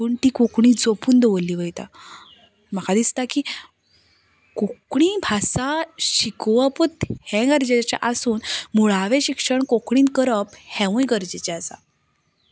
पूण ती कोंकणी जपून दवरली वयता म्हाका दिसता की कोंकणी भाशा शिकोवपूच हें गरजेचें आसून मुळावें शिक्षण कोंकणींत करप हेंवूय गरजेचें आसा